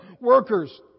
workers